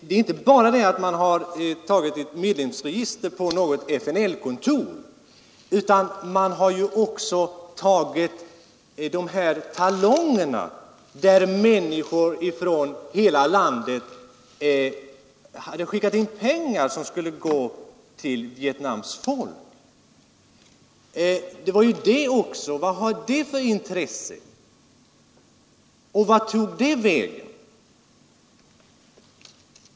Det är inte bara det att man har tagit ett medlemsregister på något FNL-kontor, utan man har också tagit talongerna till de inbetalningskort från människor i hela landet som skickat in pengar som skulle gå till Vietnams folk. Vad hade dessa inbetalningskort för intresse och vart har de tagit vägen?